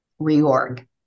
reorg